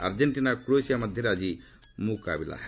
ଆର୍ଜେକ୍ଟିନା ଓ କ୍ରୋଏସିଆ ମଧ୍ୟରେ ଆଜି ମୁକାବିଲା ହେବ